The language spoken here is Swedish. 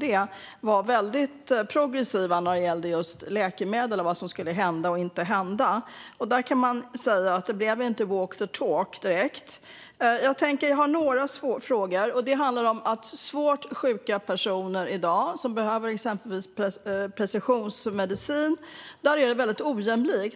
Tidöavtalet var väldigt progressiva när det gällde just läkemedel och vad som skulle hända och inte hända. Man kan väl säga att det inte direkt blev walk the talk. Jag har några frågor. Det handlar först om svårt sjuka personer som behöver exempelvis precisionsmedicin. För dem är det väldigt ojämlikt i dag.